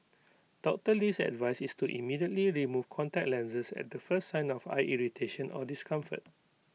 Doctor Lee's advice is to immediately remove contact lenses at the first sign of eye irritation or discomfort